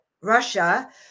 Russia